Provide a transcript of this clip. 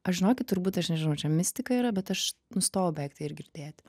aš žinokit turbūt aš nežinau čia mistika yra bet aš nustojau beveik tai ir girdėti